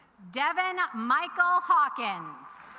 devon michael hawkins